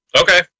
Okay